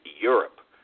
Europe